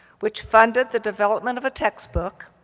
which funded the development of a textbook,